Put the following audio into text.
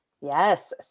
yes